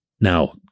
Now